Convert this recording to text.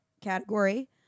category